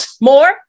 more